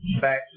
back